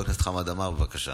חבר הכנסת חמד עמאר, בבקשה.